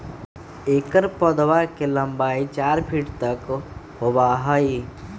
एकर पौधवा के लंबाई चार फीट तक होबा हई